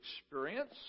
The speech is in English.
experience